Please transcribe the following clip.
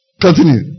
Continue